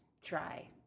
try